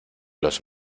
los